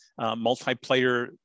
multiplayer